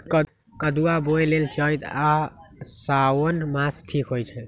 कदुआ बोए लेल चइत आ साओन मास ठीक होई छइ